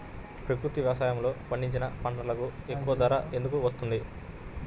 ప్రకృతి వ్యవసాయములో పండించిన పంటలకు ఎక్కువ ధర ఎందుకు వస్తుంది?